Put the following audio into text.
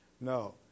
No